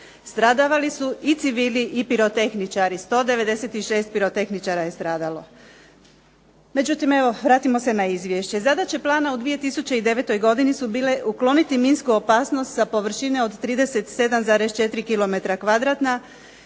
Stradavali su i civili i pirotehničari, 196 pirotehničara je stradalo. Međutim evo vratimo se na izvješće. Zadaća plana u 2009. godini su bile ukloniti minsku opasnost sa površine od 37,4